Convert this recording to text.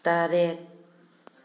ꯇꯔꯦꯠ